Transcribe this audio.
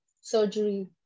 surgery